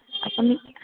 আপুনি